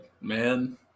man